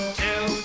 two